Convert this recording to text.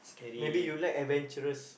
maybe you like adventurous